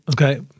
Okay